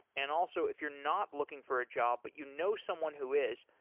and also, if you're not looking for a job but you know someone who is,